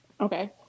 Okay